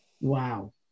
Wow